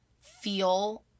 feel